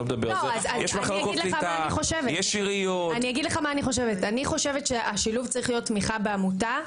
יש עיריות --- אני חושבת שהשילוב צריך להיות תמיכה בעמותה,